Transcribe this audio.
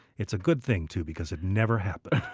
it's a good thing, too, because it never happened.